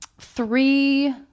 three